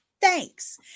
thanks